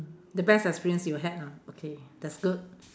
the best experience you had lah okay that's good